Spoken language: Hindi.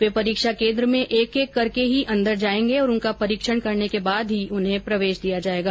वे परीक्षा केंद्र में एक एक कर ही अंदर जाएंगे और उनका परीक्षण करने के बाद ही उन्हें प्रवेश दिया जाएगा